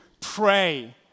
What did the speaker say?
pray